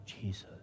Jesus